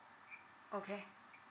okay